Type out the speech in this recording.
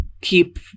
keep